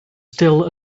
still